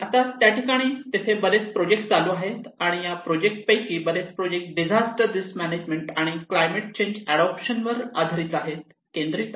आता त्या ठिकाणी तेथे बरेच प्रोजेक्ट चालू आहेत आणि या प्रोजेक्ट पैकी बरेच project disaster risk management and climate change adoption वर आधारित केंद्रित आहेत